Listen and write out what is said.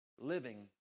living